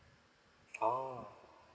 orh